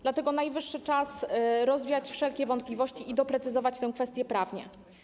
Dlatego najwyższy czas rozwiać wszelkie wątpliwości i doprecyzować tę kwestię prawnie.